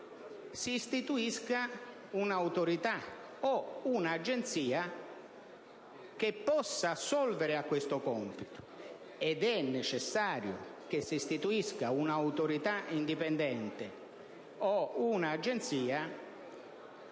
si istituisca una autorità o un'agenzia che possa assolvere a questo compito. Ed è necessario che si istituisca un'autorità indipendente o un'agenzia